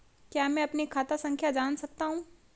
क्या मैं अपनी खाता संख्या जान सकता हूँ?